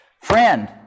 friend